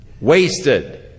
wasted